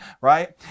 right